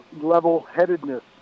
level-headedness